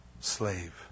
slave